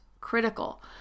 critical